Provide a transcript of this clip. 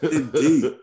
Indeed